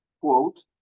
quote